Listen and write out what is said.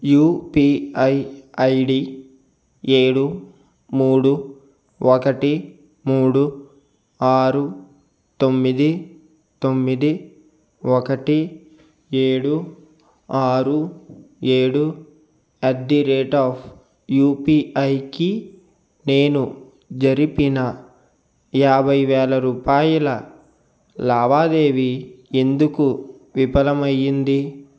UPI ID ఏడు మూడు ఒకటి మూడు ఆరు తొమ్మిది తొమ్మిది ఒకటి ఏడు ఆరు ఏడు అట్ ది రేట్ ఆఫ్ యుపిఐకి నేను జరిపిన యాభైవేల రూపాయల లావాదేవీ ఎందుకు విఫలం అయ్యింది